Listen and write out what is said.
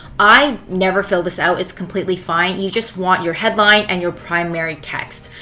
i never fill this out. it's completely fine. you just want your headline and your primary text.